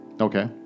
Okay